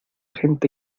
gente